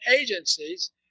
agencies